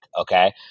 okay